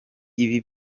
ibi